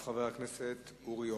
אחריו, חבר הכנסת אורי אורבך.